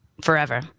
forever